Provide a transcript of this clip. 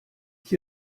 ich